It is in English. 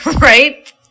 right